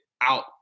out